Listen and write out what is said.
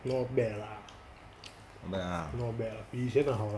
not bad lah not bad lah 比以前的好